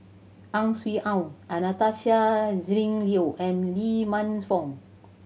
Ang Swee Aun Anastasia Tjendri Liew and Lee Man Fong